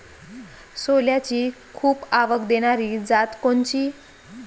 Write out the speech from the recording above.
सोल्याची खूप आवक देनारी जात कोनची?